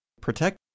protect